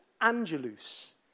angelus